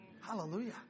Hallelujah